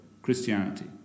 Christianity